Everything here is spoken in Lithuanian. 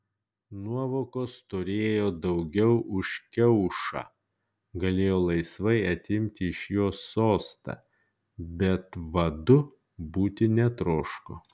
nuovokos turėjo daugiau už kiaušą galėjo laisvai atimti iš jo sostą bet vadu būti netroško